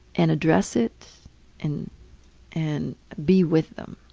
and address it and and be with them.